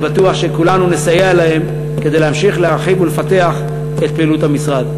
אני בטוח שכולנו נסייע להם כדי להמשיך להרחיב ולפתח את פעילות המשרד.